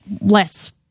less